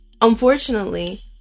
unfortunately